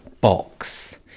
box